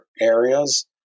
areas